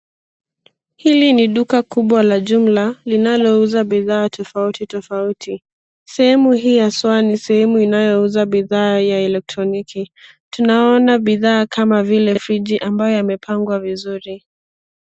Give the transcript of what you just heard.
Hili ni duka kubwa la jumla linalouza bidhaa tofauti tofauti. Sehemu hii haswaa ni sehemu inayouza bidhaa ya elekroniki. Tunaona bidhaa kama vile friji ambayo yamepangwa vizuri.